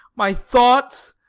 my thoughts,